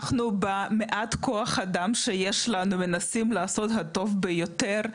אנחנו במעט כוח אדם שיש לנו מנסים לעשות את הטוב ביותר,